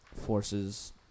Forces